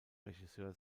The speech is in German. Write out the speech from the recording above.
regisseur